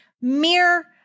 mere